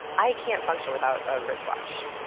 i can't function without a wristwatch,